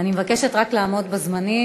אני מבקשת רק לעמוד בזמנים.